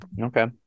okay